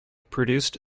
produced